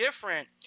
different